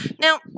Now